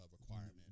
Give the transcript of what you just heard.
requirement